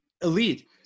elite